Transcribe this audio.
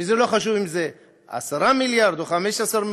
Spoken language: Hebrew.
וזה לא חשוב אם זה 10 מיליארד או 15 מיליארד,